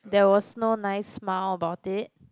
there was no nice smile about it